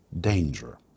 danger